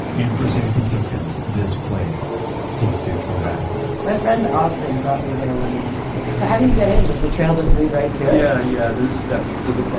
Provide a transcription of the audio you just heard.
and for san franciscans, this place is sutro baths my friend austin brought me there one night so how do you get in? does the trail just lead right to it? yeah, yeah. there's steps there's a parking